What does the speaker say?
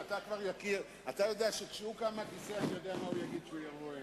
אתה יודע שכשהוא קם מהכיסא אני יודע מה הוא יגיד כשהוא יבוא הנה.